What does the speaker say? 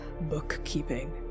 bookkeeping